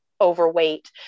overweight